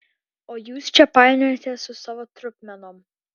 o jūs čia painiojatės su savo trupmenom